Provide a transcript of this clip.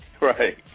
right